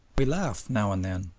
we laugh, now and then,